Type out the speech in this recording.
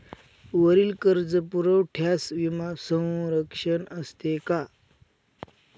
वरील कर्जपुरवठ्यास विमा संरक्षण असते का?